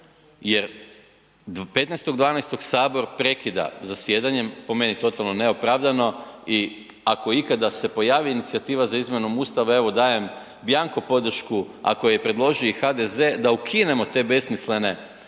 do 15. 12. Sabor prekida zasjedanjem, po meni totalno neopravdano i ako ikada se pojavi inicijativa za izmjenom Ustava, evo dajem bianco podršku ako je predloži i HDZ da ukinemo te besmislene